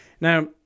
Now